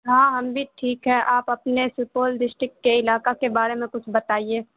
ہاں ہم بھی ٹھیک ہے آپ اپنے سپول ڈسٹک کے علاکہ کے بارے میں کچھ بتائیے